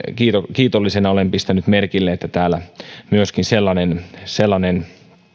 kiitollisena olen pistänyt merkille että täällä myöskin sellainen sellainen